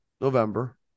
November